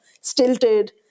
stilted